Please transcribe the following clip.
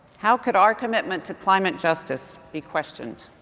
how could our commitment to climate justice be questioned?